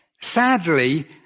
sadly